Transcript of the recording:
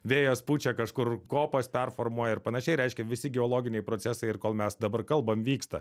vėjas pučia kažkur kopas performuoja ir panašiai reiškia visi geologiniai procesai ir kol mes dabar kalbam vyksta